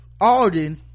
Alden